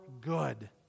good